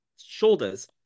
shoulders